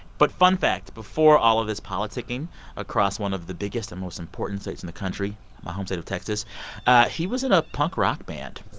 but fun fact before all of this politicking across one of the biggest and most important states in the country my home state of texas he was in a punk rock band